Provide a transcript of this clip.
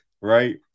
right